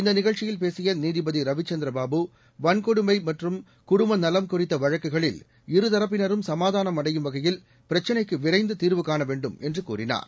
இந்த நிகழ்ச்சியில் பேசிய நீதிபதி ரவிச்சந்திர பாபு வன்கொடுமை மற்றும் குடும்பநலம் குறித்த வழக்குகளில் இருதரப்பினரும் சமாதானம் அடையும் வகையில் பிரச்சினைக்கு விரைந்து தீர்வு காண வேண்டும் என்று கூறினார்